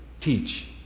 teach